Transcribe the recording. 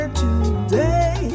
today